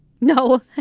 No